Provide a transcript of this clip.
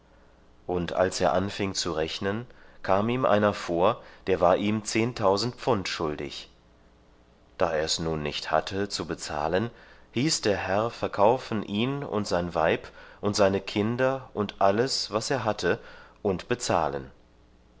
und als er anfing zu rechnen kam ihm einer vor der war ihm zehntausend pfund schuldig da er's nun nicht hatte zu bezahlen hieß der herr verkaufen ihn und sein weib und seine kinder und alles was er hatte und bezahlen